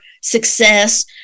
success